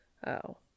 Oh